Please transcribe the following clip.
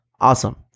awesome